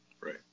Right